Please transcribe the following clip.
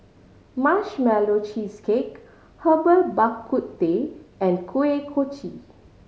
Marshmallow Cheesecake Herbal Bak Ku Teh and Kuih Kochi